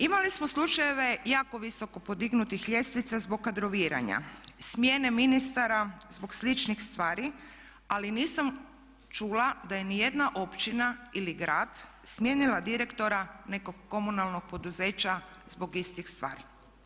Imali smo slučajeve jako visoko podignutih ljestvica zbog kadroviranja, smjene ministara zbog sličnih stvari, ali nisam čula da je ni jedna općina ili grad smijenila direktora nekog komunalnog poduzeća zbog istih stvari.